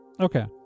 Okay